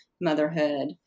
motherhood